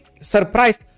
surprised